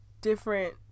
different